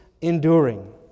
enduring